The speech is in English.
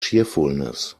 cheerfulness